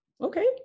Okay